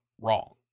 Wrong